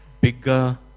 bigger